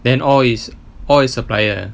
then all is all is supplier